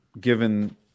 given